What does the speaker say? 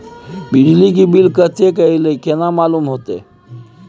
बिजली के बिल कतेक अयले केना मालूम होते?